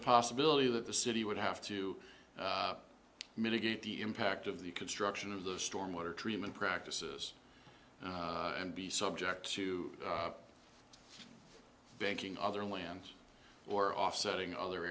a possibility that the city would have to mitigate the impact of the construction of the storm water treatment practices and be subject to banking other lands or offsetting other